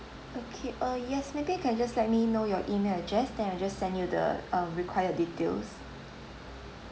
okay uh yes maybe you can just let me know your email address then I'll just send you the uh required details